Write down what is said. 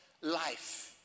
life